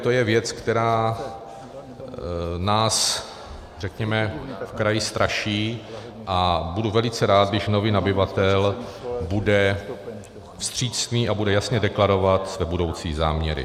To je věc, která nás v kraji straší, a budu velice rád, když nový nabyvatel bude vstřícný a bude jasně deklarovat své budoucí záměry.